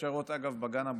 אפשר לראות, אגב, בגן הבוטני.